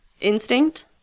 instinct